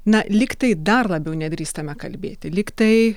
na lyg tai dar labiau nedrįstame kalbėti lyg tai